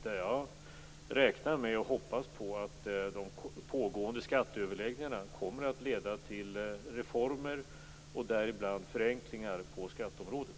Där räknar jag med och hoppas på att de pågående skatteöverläggningarna kommer att leda till reformer, däribland förenklingar på skatteområdet.